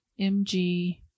MG